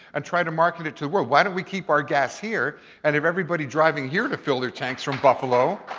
and try to market it to the world. why don't we keep our gas here and if everybody driving here to fill their tanks from buffalo.